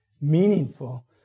meaningful